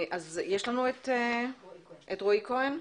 יש לנו את רועי כהן?